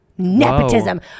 Nepotism